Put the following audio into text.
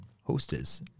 hostess